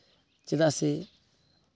ᱪᱮᱫᱟᱜ ᱥᱮ